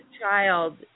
child